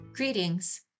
Greetings